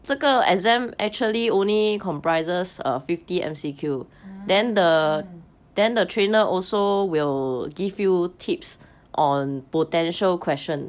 mm